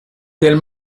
del